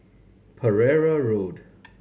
Pereira Road